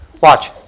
Watch